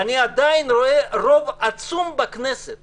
-- אני עדיין רואה רוב עצום בכנסת